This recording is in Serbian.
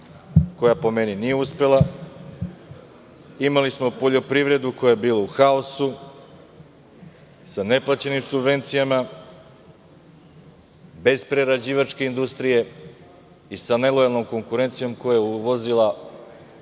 koja po meni nije uspela, imali smo poljoprivredu koja je bila u haosu, sa neplaćenim subvencijama, bez prerađivačke industrije i sa nelojalnom konkurencijom koja je uvozila